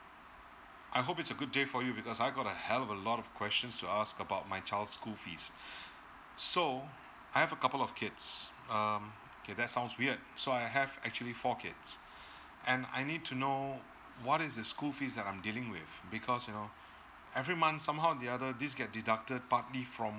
I hope it's a good day for you because I got hell a lot of questions to ask about my child's school fees so I have a couple of kids um okay that sounds weird so I have actually four kids and I need to know what is the school fees that I'm dealing with because you know every month somehow the other this get deducted partly from